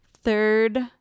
Third